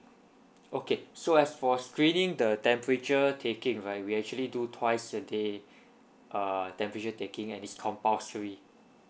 okay so as for screening the temperature taking right we actually do twice a day err temperature taking and it's compulsory